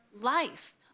life